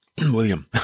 William